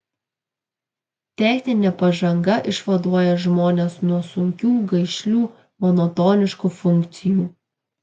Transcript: techninė pažanga išvaduoja žmones nuo sunkių gaišlių monotoniškų funkcijų